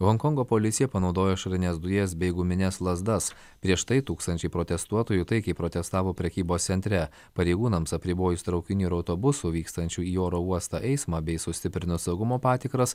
honkongo policija panaudojo ašarines dujas bei gumines lazdas prieš tai tūkstančiai protestuotojų taikiai protestavo prekybos centre pareigūnams apribojus traukinių ir autobusų vykstančių į oro uostą eismą bei sustiprino saugumo patikras